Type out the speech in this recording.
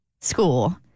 School